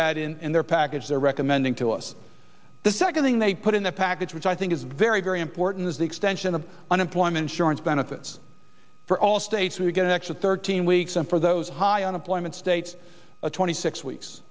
that in their package they're recommending to us the second thing they put in the package which i think is very very important is the extension of unemployment insurance benefits for all states we get an extra thirteen weeks and for those high unemployment states a twenty six weeks